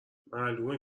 معلومه